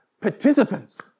participants